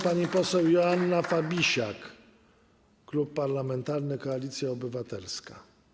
Pani poseł Joanna Fabisiak, Klub Parlamentarny Koalicja Obywatelska.